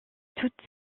toutes